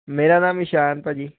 ਮੇਰਾ ਨਾਮ ਇਸ਼ਾਨ ਭਾਅ ਜੀ